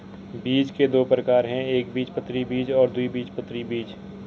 बीज के दो प्रकार है एकबीजपत्री बीज और द्विबीजपत्री बीज